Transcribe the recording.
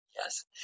yes